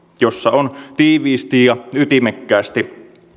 jossa on tiiviisti ja ytimekkäästi